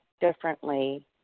differently